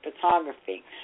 photography